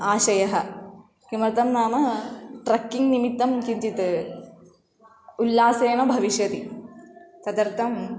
आशयः किमर्थं नाम ट्रक्किङ्ग् निमित्तं किञ्चित् उल्लासेन भविष्यति तदर्थं